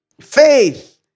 faith